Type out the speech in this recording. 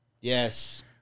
yes